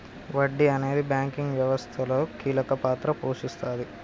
వడ్డీ అనేది బ్యాంకింగ్ వ్యవస్థలో కీలక పాత్ర పోషిస్తాది